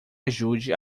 ajude